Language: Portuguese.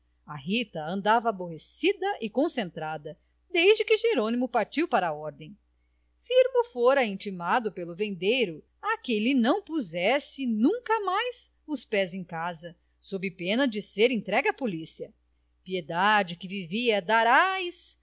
a rita andava aborrecida e concentrada desde que jerônimo partiu para a ordem firmo fora intimado pelo vendeiro a que lhe não pusesse nunca mais os pés em casa sob pena de ser entregue à polícia piedade que vivia a dar ais